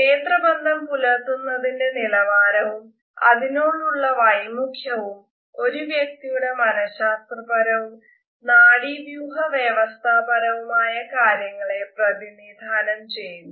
നേത്രബന്ധം പുലർത്തുന്നതിന്റെ നിലവാരവും അതിനോടുള്ള വൈമുഖ്യവും ഒരു വ്യക്തിയുടെ മനഃശാസ്ത്രപരവും നാഡീവ്യൂഹവ്യവസ്ഥാപരവുമായ കാര്യങ്ങളെ പ്രതിനിധാനം ചെയ്യുന്നു